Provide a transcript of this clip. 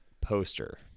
poster